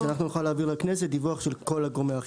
כדי שנוכל להעביר לכנסת דיווח של כל גורמי האכיפה.